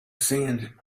sand